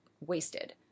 wasted